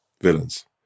villains